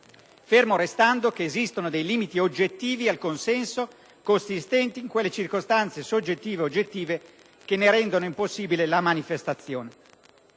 fermo restando che esistono dei limiti oggettivi al consenso, consistenti in quelle circostanze soggettive o oggettive che ne rendono impossibile la manifestazione.